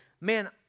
man